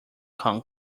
kong